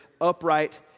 upright